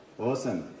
Awesome